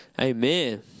Amen